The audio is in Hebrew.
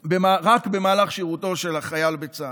רק במהלך שירותו של החייל בצה"ל,